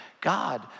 God